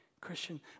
Christian